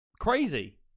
Crazy